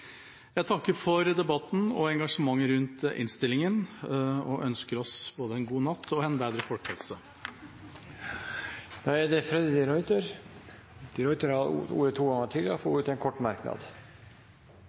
Jeg takker for debatten og engasjementet rundt innstillingen, og ønsker oss både en god natt og en bedre folkehelse! Representanten Freddy de Ruiter har hatt ordet to ganger tidligere og får ordet til en kort merknad,